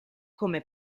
come